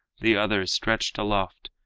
the other stretched aloft,